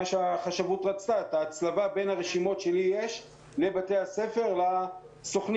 שהחשבות רצתה את ההצלבה בין הרשימות שיש לי לבין בתי-הספר והסוכנים